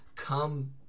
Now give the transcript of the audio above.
come